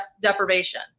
deprivation